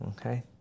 Okay